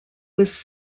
was